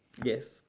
yes